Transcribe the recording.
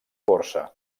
borsa